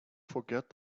forget